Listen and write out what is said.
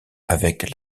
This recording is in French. avec